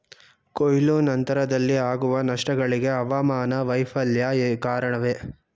ಕೊಯ್ಲು ನಂತರದಲ್ಲಿ ಆಗುವ ನಷ್ಟಗಳಿಗೆ ಹವಾಮಾನ ವೈಫಲ್ಯ ಕಾರಣವೇ?